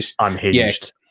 unhinged